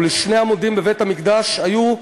ולשני עמודים בבית-המקדש היו,